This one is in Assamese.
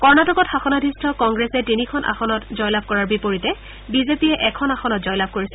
কণ্টিকত শাসনাধিষ্ঠ কংগ্ৰেছে তিনিখন আসনত জয়লাভ কৰাৰ বিপৰীতে বিজেপিয়ে এখন আসনত জয়লাভ কৰিছে